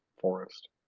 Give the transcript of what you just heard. forest